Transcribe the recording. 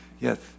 Yes